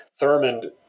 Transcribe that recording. Thurmond